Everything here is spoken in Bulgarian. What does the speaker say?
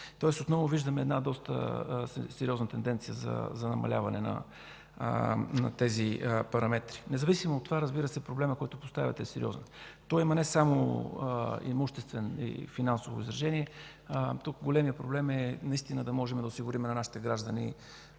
Тоест отново виждаме доста сериозна тенденция за намаляване на тези параметри. Независимо от това проблемът, който поставяте, е сериозен. Той има не само имуществено и финансово изражение. Тук големият проблем е да можем да осигурим на нашите граждани